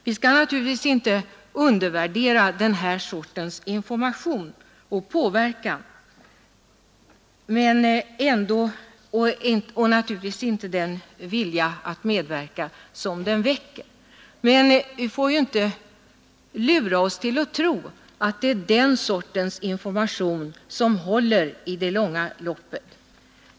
Vi skall naturligtvis inte undervärdera den här sortens information och påverkan och naturligtvis inte den vilja att medverka som väcks. Men vi får inte lura oss att tro att det är den sortens information som håller i det långa loppet.